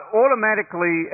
automatically